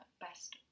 best